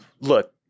Look